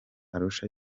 arusha